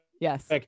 Yes